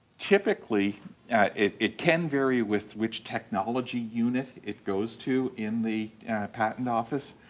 typically it it can vary with which technology unit it goes to in the patent office.